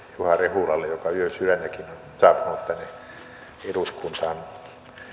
juha rehulalle joka yösydännäkin on saapunut tänne eduskuntaan nyt